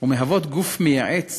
ומהוות גוף מייעץ